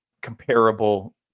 comparable